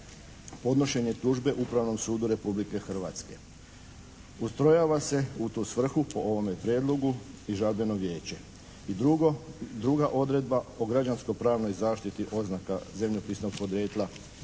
podnošenje tužbe Upravnom sudu Republike Hrvatske. Ustrojava se u tu svrhu po ovome prijedlogu i Žalbeno vijeće. I druga odredba o građansko-pravnoj zaštiti oznaka zemljopisnog podrijetla